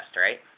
right